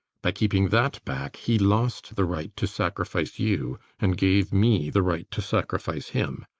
by keeping that back he lost the right to sacrifice you, and gave me the right to sacrifice him.